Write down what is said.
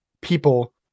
people